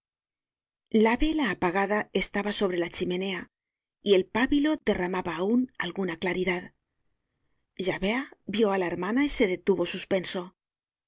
la vela apagada estaba sobre la chimenea y el pábilo derramaba aun alguna claridad javert vió á la hermana y se detuvo suspenso